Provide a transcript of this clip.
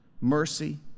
Mercy